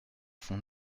fond